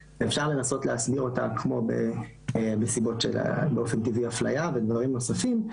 אפשר לנסות להסביר אותה כמו בסיבות של באופן טבעי אפליה ודברים נוספים,